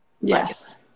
yes